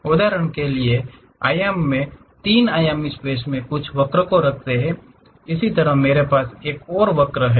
उदाहरण के लिए आइए मैं 3 आयामी स्पेस में कुछ वक्र रखता हूं इसी तरह मेरे पास एक और वक्र है